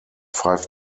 five